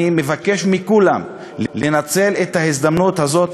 אני מבקש מכולם לנצל את ההזדמנות הזאת,